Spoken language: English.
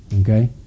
okay